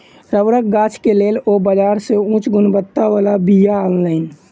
रबड़क गाछ के लेल ओ बाजार से उच्च गुणवत्ता बला बीया अनलैन